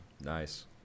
nice